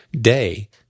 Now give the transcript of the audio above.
day